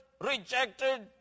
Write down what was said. rejected